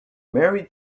mary